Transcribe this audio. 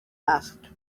asked